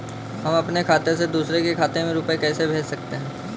हम अपने खाते से दूसरे के खाते में रुपये कैसे भेज सकते हैं?